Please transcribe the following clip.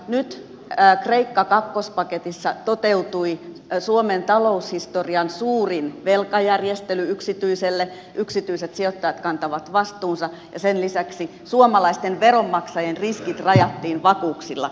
nyt kreikka kakkospaketissa toteutui suomen taloushistorian suurin velkajärjestely yksityiselle sektorille yksityiset sijoittajat kantavat vastuunsa ja sen lisäksi suomalaisten veronmaksajien riskit rajattiin vakuuksilla